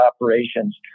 operations